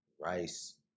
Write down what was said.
rice